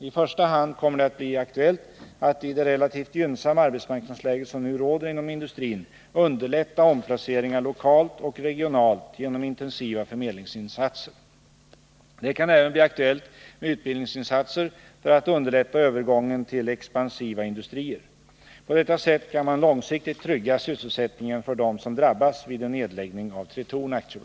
I första hand kommer det att bli aktuellt att, i det relativt gynnsamma arbetsmarknadsläge som nu råder inom industrin, underlätta omplaceringar lokalt och regionalt genom intensiva förmedlingsinsatser. Det kan även bli aktuellt med utbildningsinsatser för att underlätta övergången till expansiva industrier. På detta sätt kan man långsiktigt trygga sysselsättningen för dem som drabbas vid en nedläggning av Tretorn AB.